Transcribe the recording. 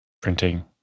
printing